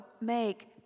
make